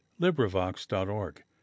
LibriVox.org